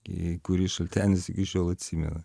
į kurį šaltenis iki šiol atsimena